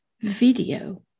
video